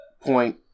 point